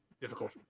difficult